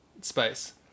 space